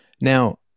Now